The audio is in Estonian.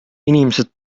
inimesed